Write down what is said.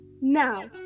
Now